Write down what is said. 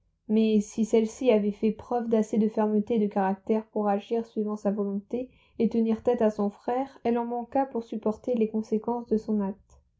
mais si celle-ci avait fait preuve d'assez de fermeté de caractère pour agir suivant sa volonté et tenir tête à son frère elle en manqua pour supporter les conséquences de son acte